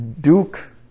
Duke